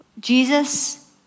Jesus